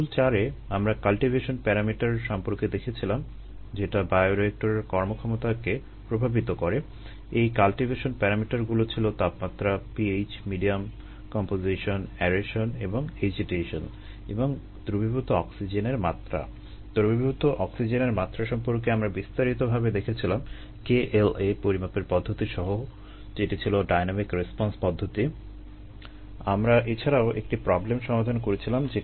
module চারে আমরা cultivation parameter এর বেশ কিছু বিষয় নিয়ে আলোচনা করেছিলাম